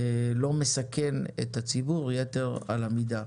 לא מסכן את הציבור יתר על המידה.